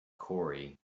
corey